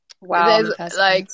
Wow